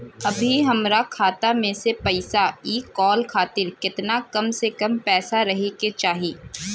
अभीहमरा खाता मे से पैसा इ कॉल खातिर केतना कम से कम पैसा रहे के चाही?